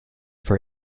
for